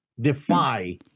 defy